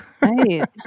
Right